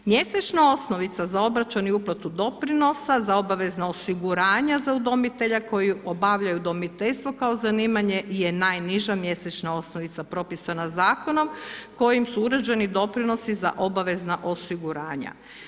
Mjesečna osnovica za obračun i uplatu doprinosa, za obvezno osiguranja za udomitelja koji obavljaju udomiteljstvo kao zanimanje, je najniža mjesečna osnovica propisana zakonom kojim su uređeni doprinosi za obavezna osiguranja.